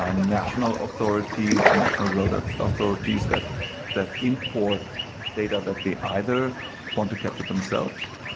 ah national authorities, national road ah authorities that that import data that they either want to keep to themselves,